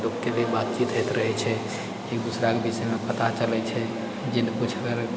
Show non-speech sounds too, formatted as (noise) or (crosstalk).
दुखके भी बातचीत हैत रहै छै एक दूसराके विषयमे पता चलैत छै (unintelligible)